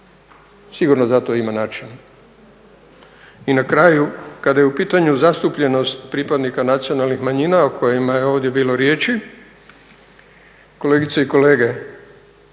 Sigurno za to ima načina. I na kraju kada je u pitanju zastupljenost pripadnika nacionalnih manjina o kojima je ovdje bilo riječi, kolegice i kolege,